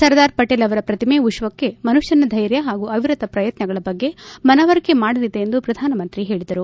ಸರ್ದಾರ್ ಪಟೇಲ್ ಅವರ ಪ್ರತಿಮೆ ವಿಶ್ವಕ್ಷೆ ಮನುಷ್ಠನ ಧೈರ್ಯ ಹಾಗೂ ಅವಿರತ ಪ್ರಯತ್ನಗಳ ಬಗ್ಗೆ ಮನವರಿಕೆ ಮಾಡಲಿದೆ ಎಂದು ಪ್ರಧಾನ ಮಂತ್ರಿ ಹೇಳಿದರು